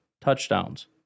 touchdowns